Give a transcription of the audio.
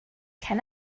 can